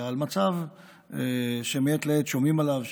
אלא על מצב שמעת לעת שומעים עליו,